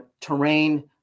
terrain